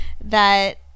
that-